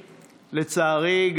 לצערי,